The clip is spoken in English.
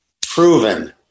proven